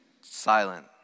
silent